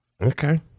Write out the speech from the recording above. Okay